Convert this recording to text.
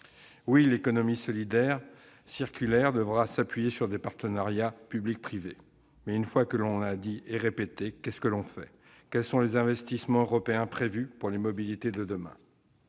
Oui, l'économie circulaire devra s'appuyer sur des partenariats public-privé. Mais une fois qu'on l'a dit et répété, que fait-on ? Quels sont les investissements européens prévus pour les mobilités de demain ?